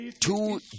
two